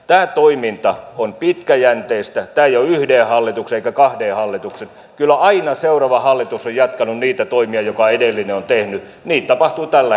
tämä toiminta on pitkäjänteistä tämä ei ole yhden hallituksen eikä kahden hallituksen kyllä aina seuraava hallitus on jatkanut niitä toimia jotka edellinen on tehnyt niin tapahtuu tälläkin